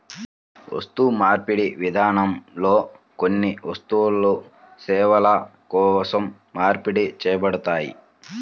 వస్తుమార్పిడి విధానంలో కొన్ని వస్తువులు సేవల కోసం మార్పిడి చేయబడ్డాయి